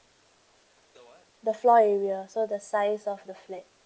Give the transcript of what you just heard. the floor area so the size of the flat